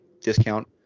discount